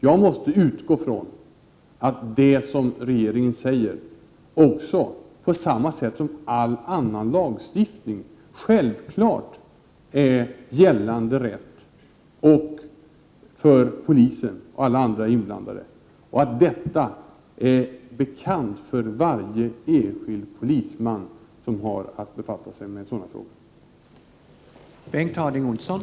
Jag måste utgå ifrån att det som regeringen säger självklart är, på samma sätt som all annan lagstiftning, gällande rätt för polisen och alla andra inblandade och att detta är bekant för varje enskild polisman som har att befatta sig med sådana frågor.